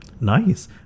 Nice